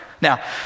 now